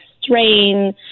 strain